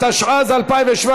התשע"ז 2017,